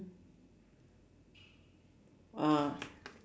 uh